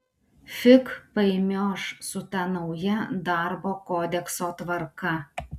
fig paimioš su ta nauja darbo kodekso tvarka